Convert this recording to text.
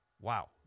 Wow